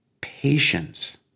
patience